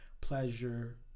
pleasure